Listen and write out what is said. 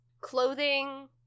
clothing